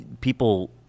people